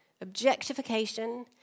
Objectification